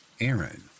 Aaron